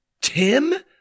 Tim